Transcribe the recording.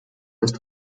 erst